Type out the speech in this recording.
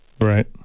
Right